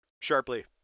sharply